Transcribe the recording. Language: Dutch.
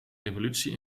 revolutie